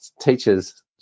teachers